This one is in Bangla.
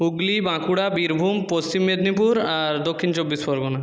হুগলি বাঁকুড়া বীরভূম পশ্চিম মেদিনীপুর আর দক্ষিণ চব্বিশ পরগনা